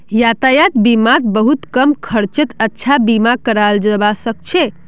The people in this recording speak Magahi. यातायात बीमात बहुत कम खर्चत अच्छा बीमा कराल जबा सके छै